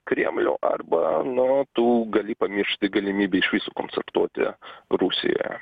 kremlių arba nu tu gali pamiršti galimybę iš viso koncertuoti rusijoje